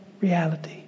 reality